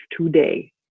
today